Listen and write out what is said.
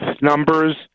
numbers